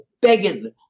begging